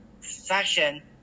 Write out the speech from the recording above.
fashion